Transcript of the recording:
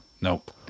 Nope